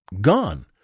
gone